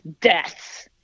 deaths